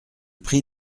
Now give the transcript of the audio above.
prie